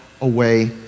away